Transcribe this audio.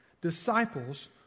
disciples